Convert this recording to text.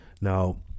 Now